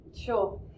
Sure